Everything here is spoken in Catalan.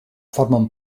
formen